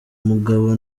mugabo